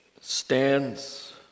stands